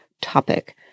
topic